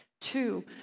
Two